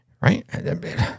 Right